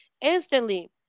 instantly